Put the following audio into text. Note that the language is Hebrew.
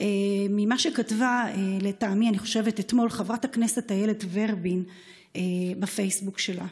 ממה שכתבה אתמול חברת הכנסת איילת ורבין בפייסבוק שלה.